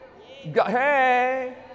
Hey